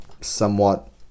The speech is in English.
somewhat